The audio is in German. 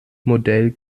modell